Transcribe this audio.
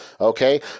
Okay